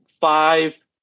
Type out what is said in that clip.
five